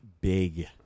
big